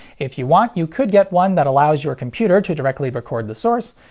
if you want, you could get one that allows your computer to directly record the source.